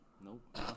Nope